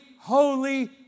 holy